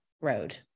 road